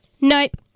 Nope